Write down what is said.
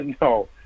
no